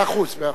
מאה אחוז.